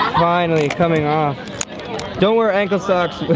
finally coming off don't wear ancle socks,